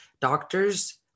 doctors